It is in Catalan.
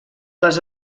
les